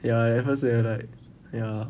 ya ya cause they're like ya